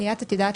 עד עכשיו